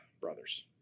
brothers